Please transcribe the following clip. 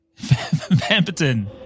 Vamperton